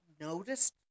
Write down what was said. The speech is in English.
noticed